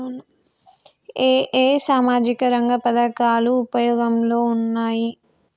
ఏ ఏ సామాజిక రంగ పథకాలు ఉపయోగంలో ఉన్నాయి?